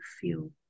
feel